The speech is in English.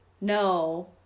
No